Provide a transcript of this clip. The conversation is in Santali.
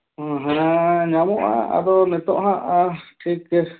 ᱦᱮᱸ ᱦᱮᱸ ᱧᱟᱢᱚᱜᱼᱟ ᱟᱫᱚ ᱱᱤᱛᱳᱜ ᱦᱟᱸᱜ ᱴᱷᱤᱠ